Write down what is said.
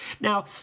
Now